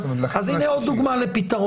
אז הנה עוד דוגמה לפתרון.